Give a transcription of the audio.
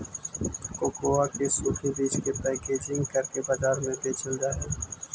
cocoa के सूखे बीज को पैकेजिंग करके बाजार में बेचल जा हई